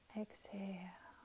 exhale